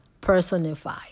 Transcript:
personified